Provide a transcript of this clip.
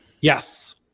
Yes